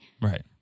Right